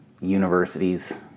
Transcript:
universities